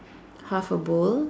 half a bowl